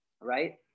Right